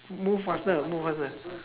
move faster move faster